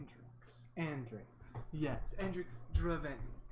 drinks and drinks yes, and ryx driven